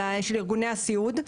ארגוני הסיעוד,